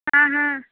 हाँ हाँ